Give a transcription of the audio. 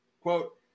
Quote